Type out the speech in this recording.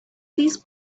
these